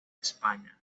españa